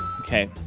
Okay